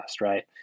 right